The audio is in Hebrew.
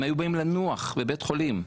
הם היו באים נוח בבית חולים,